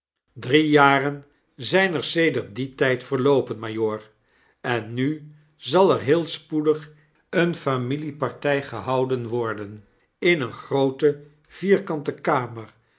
drie jaren zyn er sedert dien tijd verloopen majoor en nu zal er heel spoedig een familieparty gehouden worden in eene groote vierkante kamer